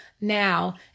now